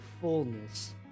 fullness